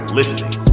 listening